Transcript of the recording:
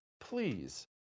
Please